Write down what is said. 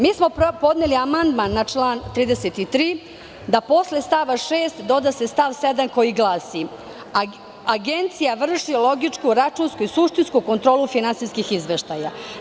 Mi smo podneli amandman na član 33. da posle stava 6. se doda stav 7. koji glasi – Agencija vrši logičku, računsku i suštinsku kontrolu finansijskih izveštaja.